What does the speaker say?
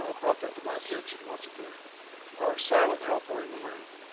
ah brought that to my attention once again our silent helper in the room